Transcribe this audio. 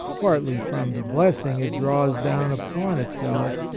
partly from the blessing it draws down upon itself,